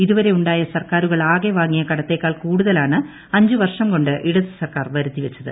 ഇതുവരെ ഉണ്ടായ സർക്കാരുകൾ ആകെ വാങ്ങിയ കടത്തേക്കാൾ കൂടുതലാണ് അഞ്ചുവർഷം കൊണ്ട് ഇടത് സർക്കാർ വരുത്തിവച്ചത്